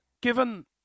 Given